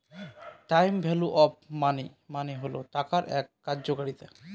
time value of money মানে হল টাকার এক কার্যকারিতা